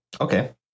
Okay